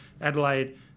Adelaide